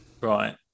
Right